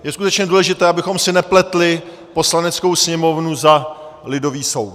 Je skutečně důležité, abychom si nepletli Poslaneckou sněmovnu za lidový soud.